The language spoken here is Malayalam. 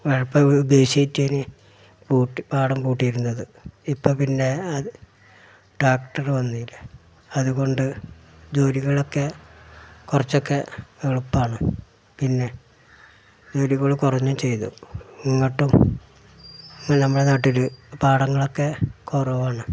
കലപ്പ പാടം പൂട്ടിയിരുന്നത് ഇപ്പോള് പിന്നെ ട്രാക്റ്റര് വന്നില്ലേ അതുകൊണ്ട് ജോലികളൊക്കെ കുറച്ചൊക്കെ എളുപ്പമാണ് പിന്നെ വീടുകളും കുറഞ്ഞും ചെയ്തു എന്നിട്ടും നമ്മുടെ നാട്ടില് പാടങ്ങളൊക്കെ കുറവാണ്